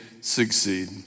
succeed